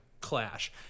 clash